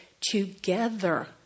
together